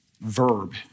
Verb